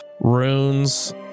Runes